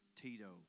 Tito